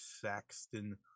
Saxton